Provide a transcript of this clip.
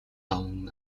даван